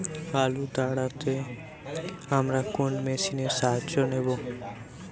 আলু তাড়তে আমরা কোন মেশিনের সাহায্য নেব?